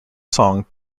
song